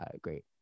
great